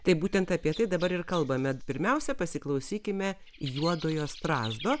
tai būtent apie tai dabar ir kalbame pirmiausia pasiklausykime juodojo strazdo